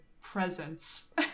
presence